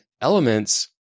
elements